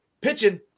pitching